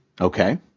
Okay